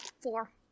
Four